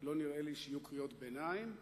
לא נראה לי שיהיו קריאות ביניים,